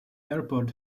airport